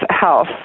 Health